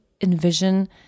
envision